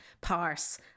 parse